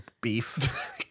beef